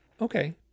Okay